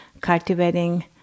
cultivating